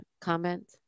comment